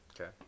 Okay